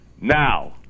Now